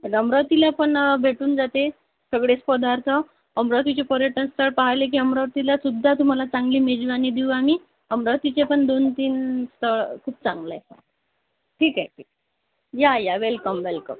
आता अमरावतीला पण भेटून जाते सगळेच पदार्थ अमरावतीचे पर्यटनस्थळ पाह्यले की अमरावतीलासुद्धा तुम्हाला चांगली मेजवानी देऊ आम्ही अमरावतीचे पण दोनतीन स्थळं खूप चांगलं आहे ठीक आहे ठीक या या वेलकम वेलकम